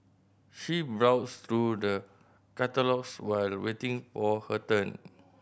she browsed through the catalogues while waiting for her turn